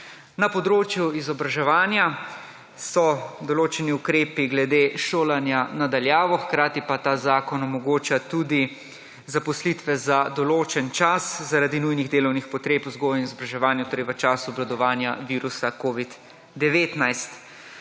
Na področju izobraževanja so določeni ukrepi glede šolanja na daljavo, hkrati pa ta zakon omogoča tudi zaposlitve za določen čas zaradi nujnih delovnih potreb vzgoje in izobraževanja, torej v času obvladovanja virusa Covid-19.